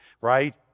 right